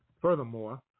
furthermore